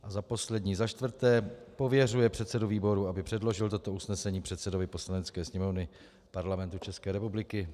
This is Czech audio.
A za poslední, za čtvrté, pověřuje předsedu výboru, aby předložil toto usnesení předsedovi Poslanecké sněmovny Parlamentu České republiky.